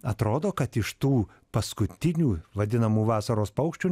atrodo kad iš tų paskutinių vadinamų vasaros paukščių